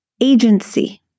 agency